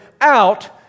out